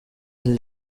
iki